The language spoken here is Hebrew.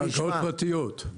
קרקעות פרטיות.